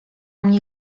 mnie